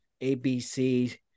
ABC